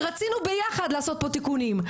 ורצינו ביחד לעשות פה תיקונים,